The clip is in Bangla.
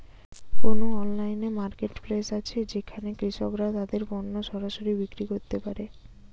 কোন অনলাইন মার্কেটপ্লেস আছে যেখানে কৃষকরা তাদের পণ্য সরাসরি বিক্রি করতে পারে?